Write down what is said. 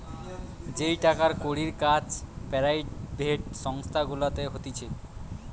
যেই টাকার কড়ির কাজ পেরাইভেট সংস্থা গুলাতে হতিছে